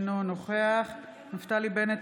אינו נוכח נפתלי בנט,